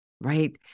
right